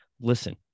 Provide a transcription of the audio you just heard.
listen